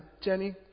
Jenny